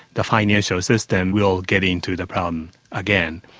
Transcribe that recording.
the financial system will get into the problem again.